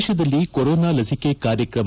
ದೇಶದಲ್ಲಿ ಕೊರೋನಾ ಲಸಿಕೆ ಕಾರ್ಯಕ್ರಮ